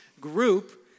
group